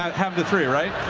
halved to three, right?